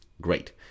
Great